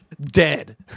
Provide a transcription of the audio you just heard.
dead